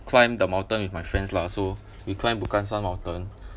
climbed the mountain with my friends lah so we climbed we climbed some mountain